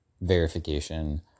verification